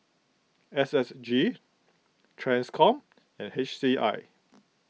S S G Transcom and H C I